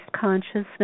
Consciousness